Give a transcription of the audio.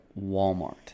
Walmart